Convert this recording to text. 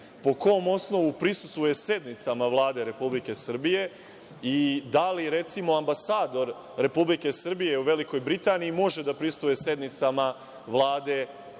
po kom osnovu prisustvuje sednicama Vlade Republike Srbije i da li recimo, ambasador Republike Srbije u Velikoj Britaniji može da prisustvuje sednicama Vlade